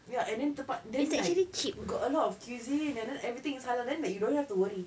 ya and then tempat then like got a lot of cuisine and then everything's halal and then like you don't have to worry